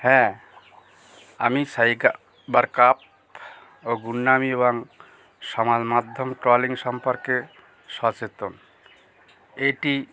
হ্যাঁ আমি সাইকা বারকাপ ও গুণ্ডামি এবং সমাজ মাধ্যম ট্রলিং সম্পর্কে সচেতন এটি